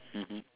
mmhmm